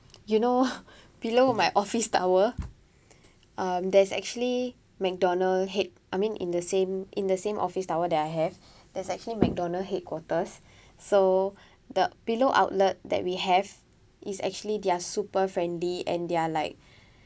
you know below my office tower um there's actually McDonald's head I mean in the same in the same office tower that I have there's actually McDonald's headquarters so the below outlet that we have is actually they are super friendly and they are like